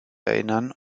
erinnern